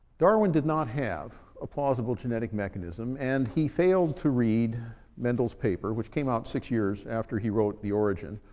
darwin did not have a plausible genetic mechanism and he failed to read mendel's paper, which came out six years after he wrote the origin,